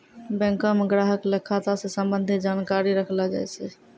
बैंको म ग्राहक ल खाता स संबंधित जानकारी रखलो जाय छै